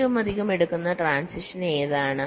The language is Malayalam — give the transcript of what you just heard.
ഏറ്റവുമധികം എടുക്കുന്ന ട്രാന്സിഷൻസ് ഏതാണ്